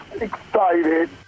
excited